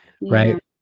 right